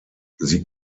sie